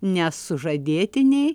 nes sužadėtiniai